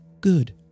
good